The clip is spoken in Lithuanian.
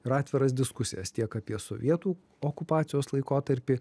ir atviras diskusijas tiek apie sovietų okupacijos laikotarpį